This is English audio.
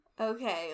Okay